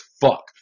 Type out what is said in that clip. fuck